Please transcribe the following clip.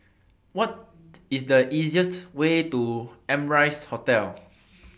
What IS The easiest Way to Amrise Hotel